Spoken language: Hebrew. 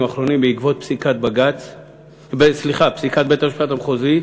האחרונים בעקבות פסיקת בית-המשפט המחוזי,